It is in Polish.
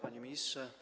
Panie Ministrze!